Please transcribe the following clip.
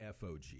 FOG